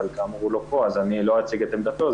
אבל כאמור הוא לא פה אז אני לא אציג את עמדתו.